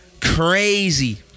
crazy